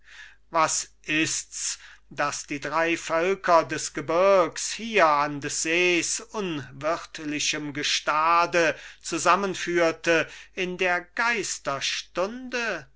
was ist's das die drei völker des gebirgs hier an des sees unwirtlichem gestade zusammenführte in der